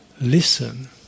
listen